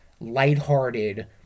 lighthearted